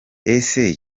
ese